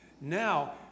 Now